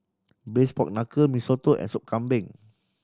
Braised Pork Knuckle Mee Soto and Sup Kambing